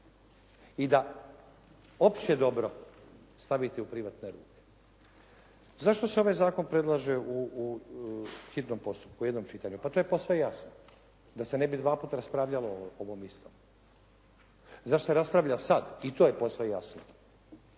i da opće dobro stavite u privatne ruke. Zašto se ovaj zakon predlaže u hitnom postupku, u jednom čitanju? Pa to je posve jasno, da se ne bi dva puta raspravljalo o ovom istom. Zašto se raspravlja sada, i to je posve jasno.